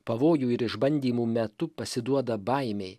pavojų ir išbandymų metu pasiduoda baimei